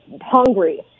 hungry